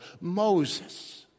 Moses